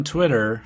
Twitter